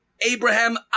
Abraham